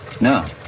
No